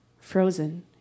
frozen